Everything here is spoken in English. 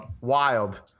wild